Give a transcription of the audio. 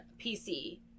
PC